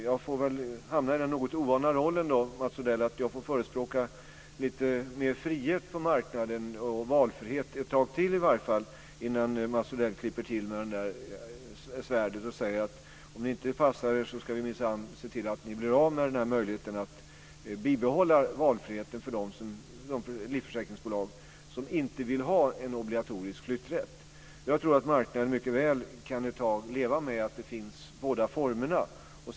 Jag får väl då, Mats Odell, hamna i den något ovana rollen att förespråka lite mer frihet på marknaden och valfrihet i varje fall ett tag till innan Mats Odell klipper till med svärdet och säger: Om ni inte passar er ska vi minsann se till att ni blir av med den här möjligheten att behålla valfriheten för de livförsäkringsbolag som inte vill ha en obligatorisk flytträtt. Jag tror att marknaden mycket väl kan leva ett tag med att båda formerna finns.